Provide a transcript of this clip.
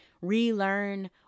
relearn